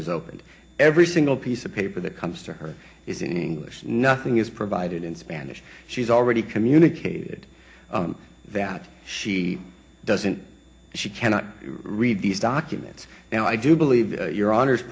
is opened every single piece of paper that comes to her is in english nothing is provided in spanish she's already communicated that she doesn't she cannot read these documents now i do believe your honor